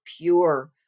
pure